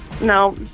No